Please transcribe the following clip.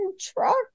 truck